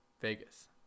Vegas